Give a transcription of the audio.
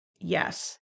Yes